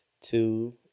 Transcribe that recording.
Two